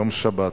יום שבת,